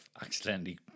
accidentally